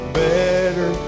better